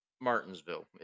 martinsville